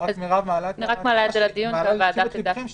מירב רק מעלה לתשומת לבכם שתביאו